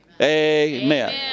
Amen